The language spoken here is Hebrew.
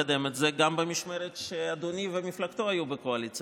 לקדם את זה גם במשמרת שאדוני ומפלגתו היו בקואליציה.